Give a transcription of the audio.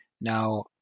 Now